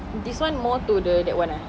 this one more to the that [one] ah